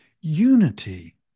unity